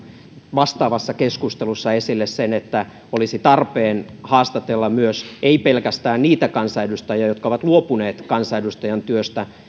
vastaavassa keskustelussa esille sen että olisi tarpeen haastatella myös ei pelkästään niitä kansanedustajia jotka ovat luopuneet kansanedustajan työstä